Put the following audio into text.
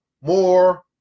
more